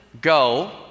go